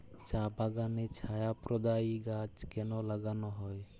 চা বাগানে ছায়া প্রদায়ী গাছ কেন লাগানো হয়?